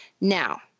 Now